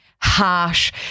harsh